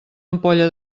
ampolla